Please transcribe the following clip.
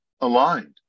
aligned